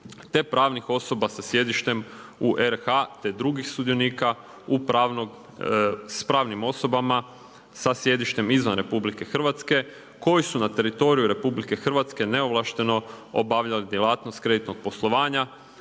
te pravnih osoba sa sjedištem u RH te drugim sudionika sa pravnim osobama sa sjedištem izvan RH koji su na teritoriju RH neovlašteno obavljali djelatnost kreditnog poslovanja